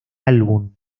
álbum